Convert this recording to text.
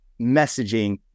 messaging